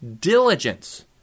diligence